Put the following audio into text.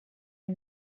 are